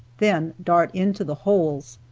then dart into the holes.